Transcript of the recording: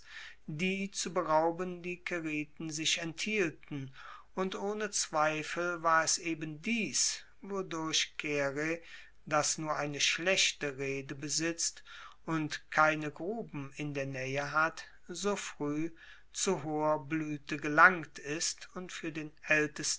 die zu berauben die caeriten sich enthielten und ohne zweifel war es eben dies wodurch caere das nur eine schlechte reede besitzt und keine gruben in der naehe hat so frueh zu hoher bluete gelangt ist und fuer den